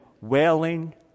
wailing